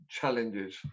challenges